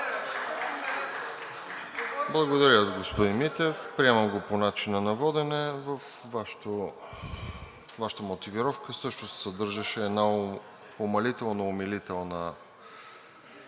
Благодаря Ви, господин Митев. Приемам го по начина на водене. Във Вашата мотивировка също се съдържаше една умалително умилителна